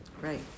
Right